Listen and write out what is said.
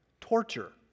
torture